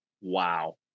wow